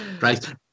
Right